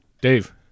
Dave